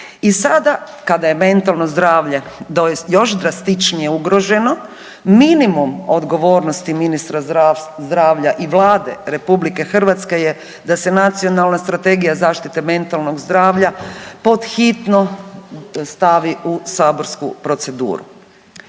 I sada kada je mentalno zdravlje .../nerazumljivo/... još drastičnije ugroženo, minimum odgovornosti ministra zdravlja i Vlade RH je da se nacionalna strategija zaštite mentalnog zdravlja pod hitno stavi u saborsku proceduru.